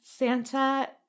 Santa